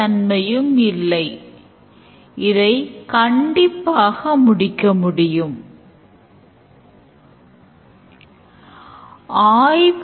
முதன்மை actor இடதுபுறத்திலும் இரண்டாம் நிலை actors வலப்பக்கத்திலும் தோன்ற வேண்டும்